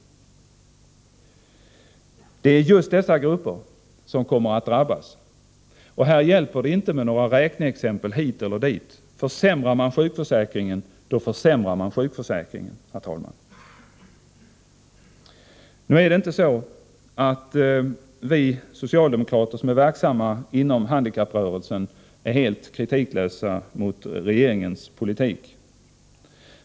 Det är just dessa grupper som kommer att drabbas. Här hjälper det inte med några räkneexempel hit eller dit. Försämrar man sjukförsäkringen, så gör man det. Nu är det inte så, att vi socialdemokrater som är verksamma inom handikapprörelsen är helt kritiklösa när det gäller regeringens politik.